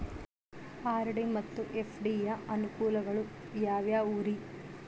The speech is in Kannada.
ಆರ್.ಡಿ ಮತ್ತು ಎಫ್.ಡಿ ಯ ಅನುಕೂಲಗಳು ಯಾವ್ಯಾವುರಿ?